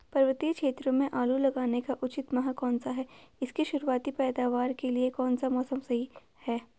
पर्वतीय क्षेत्रों में आलू लगाने का उचित माह कौन सा है इसकी शुरुआती पैदावार के लिए कौन सा मौसम सही है?